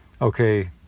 okay